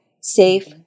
safe